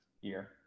year